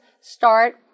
start